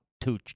two